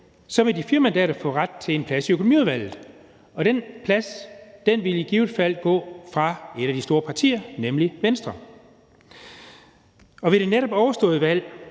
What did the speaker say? så ville de fire mandater få ret til en plads i økonomiudvalget, og den plads ville i givet fald gå fra et af de store partier, nemlig Venstre. Og ved det netop overståede valg